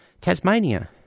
Tasmania